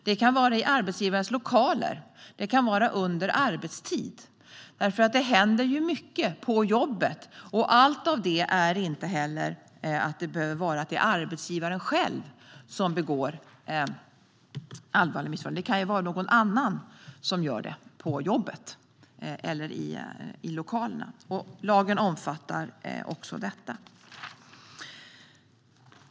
Det kan vara i arbetsgivarens lokaler, och det kan vara under arbetstid. Det händer nämligen mycket på jobbet, och allt som händer behöver inte innebära att arbetsgivaren själv skapar allvarliga missförhållanden; det kan ju vara någon annan på jobbet eller i lokalerna som gör det. Lagen omfattar även detta.